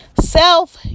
self